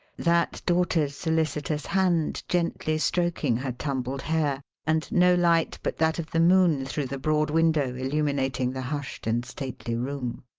that daughter's solicitous hand gently stroking her tumbled hair, and no light but that of the moon through the broad window illuminating the hushed and stately room.